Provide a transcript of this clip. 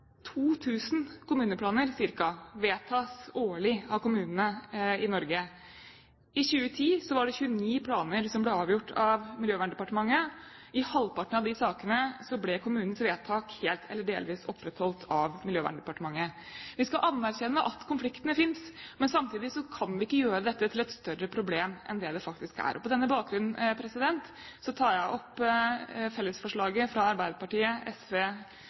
vedtas årlig av kommunene i Norge. I 2010 var det 29 planer som ble avgjort av Miljøverndepartementet. I halvparten av de sakene ble kommunens vedtak helt eller delvis opprettholdt av Miljøverndepartementet. Vi skal anerkjenne at konfliktene fins, men samtidig kan vi ikke gjøre dette til et større problem enn det faktisk er. På denne bakgrunnen tar jeg opp fellesforslaget fra Arbeiderpartiet, SV